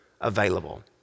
available